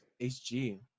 HG